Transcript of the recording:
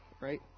right